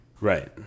right